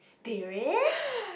spirits